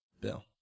Bill